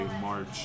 March